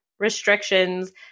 restrictions